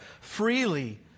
freely